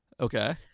okay